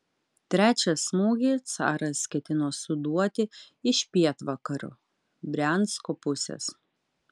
trečią smūgį caras ketino suduoti iš pietvakarių briansko pusės